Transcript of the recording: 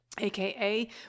Aka